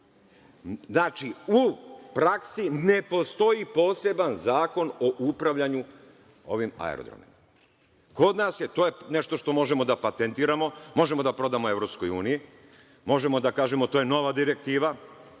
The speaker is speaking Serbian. Znači, u praksi ne postoji poseban zakon o upravljanju ovim aerodromima. To je nešto što možemo da patentiramo, možemo da prodamo EU, možemo da kažemo to je nova direktiva,